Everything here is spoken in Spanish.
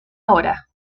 hora